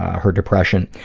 her depression.